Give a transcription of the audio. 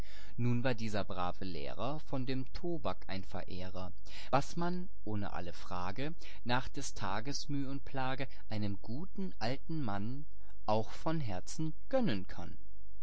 nun war dieser brave lehrer von dem tobak ein verehrer was man ohne alle frage nach des tages müh und plage einem guten alten mann auch von herzen gönnen kann